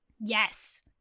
yes